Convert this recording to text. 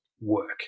work